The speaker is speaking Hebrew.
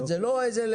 זה לא לדורות.